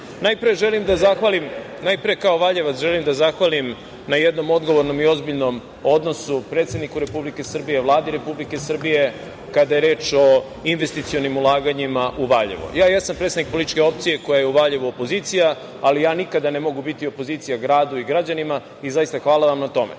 stvar. Najpre kao Valjevac želim da zahvalim na jednom odgovornom i ozbiljnom odnosu predsedniku Republike Srbije, Vladi Republike Srbije, kada je reč o investicionim ulaganjima u Valjevo. Ja jesam predsednik političke opcije koja je u Valjevu opozicija, ali ja nikada ne mogu biti opozicija gradu i građanima i zaista hvala vam na tome. Želim